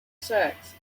sex